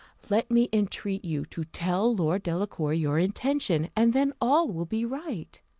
let me entreat you to tell lord delacour your intention, and then all will be right.